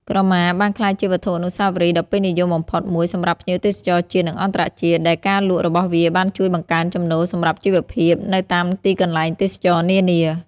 ក្រមាបានក្លាយជាវត្ថុអនុស្សាវរីយ៍ដ៏ពេញនិយមបំផុតមួយសម្រាប់ភ្ញៀវទេសចរណ៍ជាតិ និងអន្តរជាតិ ដែលការលក់របស់វាបានជួយបង្កើនចំណូលសម្រាប់អាជីវករនៅតាមទីកន្លែងទេសចរណ៍នានា។